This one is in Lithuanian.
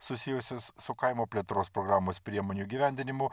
susijusius su kaimo plėtros programos priemonių įgyvendinimu